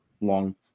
long